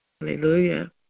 Hallelujah